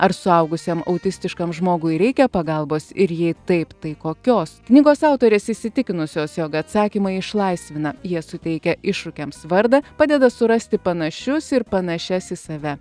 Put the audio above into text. ar suaugusiam autistiškam žmogui reikia pagalbos ir jei taip tai kokios knygos autorės įsitikinusios jog atsakymai išlaisvina jie suteikia iššūkiams vardą padeda surasti panašius ir panašias į save